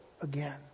again